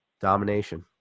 domination